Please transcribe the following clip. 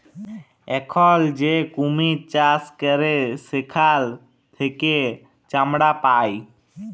এখল যে কুমির চাষ ক্যরে সেখাল থেক্যে চামড়া পায়